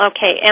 Okay